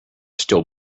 still